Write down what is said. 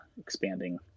expanding